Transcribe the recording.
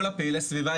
כל פעילי הסביבה,